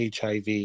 HIV